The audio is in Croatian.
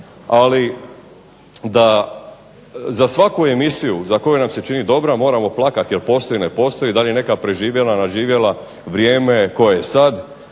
Ali da za svaku emisiju za koju nam se čini dobra, moramo plakati jel postoji, ne postoji, da li je neka preživjela, nadživjela vrijeme koje sad.